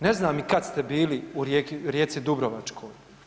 Ne znam i kada ste bili u Rijeci Dubrovačkoj.